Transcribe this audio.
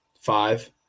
five